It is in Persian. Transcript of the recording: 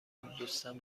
دوستم